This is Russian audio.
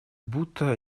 будто